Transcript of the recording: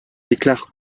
déclare